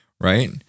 right